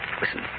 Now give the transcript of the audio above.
Listen